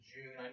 June